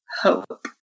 hope